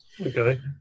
Okay